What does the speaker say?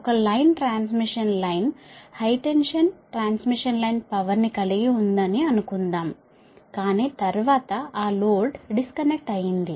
ఒక line transmission line high tension transmission line power ని కలిగి ఉందని అని అనుకుందాం కాని తర్వాత ఆ లోడ్ డిస్కనెక్ట్ అయింది